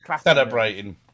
celebrating